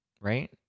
right